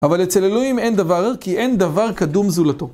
אבל אצל אלוהים אין דבר, כי אין דבר קדום זולתו.